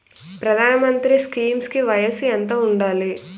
ప్రధాన మంత్రి స్కీమ్స్ కి వయసు ఎంత ఉండాలి?